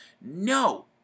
no